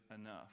enough